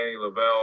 Lavelle